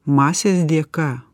masės dėka